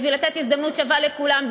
בשביל לתת הזדמנות שווה לכולם,